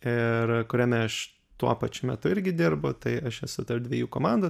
ir kuriame aš tuo pačiu metu irgi dirbu tai aš esu tarp dviejų komandų